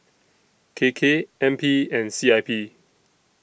K K N P and C I P